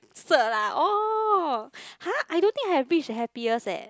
cert ah oh !huh! I don't have reached the happiest eh